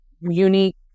unique